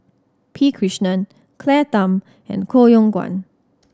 P Krishnan Claire Tham and Koh Yong Guan